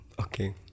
okay